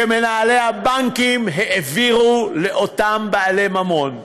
שמנהלי הבנקים העבירו לאותם בעלי ממון,